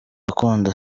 gakondo